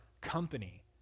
company